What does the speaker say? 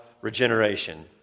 regeneration